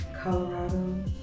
Colorado